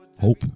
hope